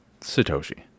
Satoshi